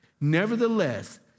Nevertheless